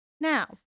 now